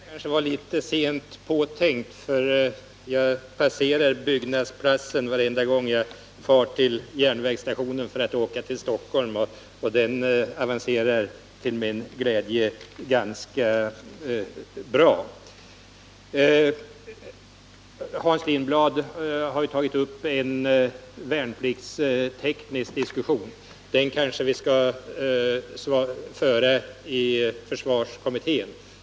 Herr talman! Det sista var kanske litet sent påtänkt. Jag passerar byggnadsplatsen varenda gång jag far till järnvägsstationen för att åka till Stockholm, och till min glädje avancerar byggandet ganska bra. Hans Lindblad har tagit upp en värnpliktsteknisk diskussion, som vi kanske bör föra i försvarskommittén.